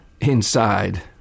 inside